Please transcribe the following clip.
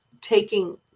taking